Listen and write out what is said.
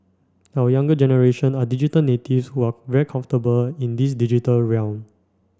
our younger generation are digital natives who are very comfortable in this digital realm